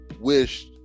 wished